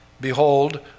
behold